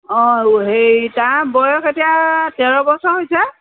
অ হেৰি তাৰ বয়স এতিয়া তেৰ বছৰ হৈছে